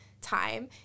time